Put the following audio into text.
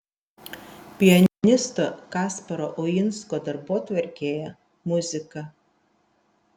pianisto kasparo uinsko darbotvarkėje muzika